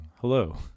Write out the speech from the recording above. Hello